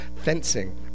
fencing